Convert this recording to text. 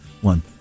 One